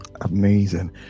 amazing